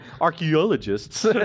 Archaeologists